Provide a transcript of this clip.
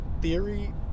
theory